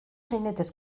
jinetes